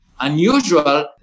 unusual